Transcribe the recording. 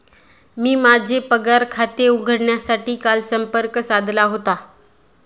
मी माझे पगार खाते उघडण्यासाठी काल संपर्क साधला होता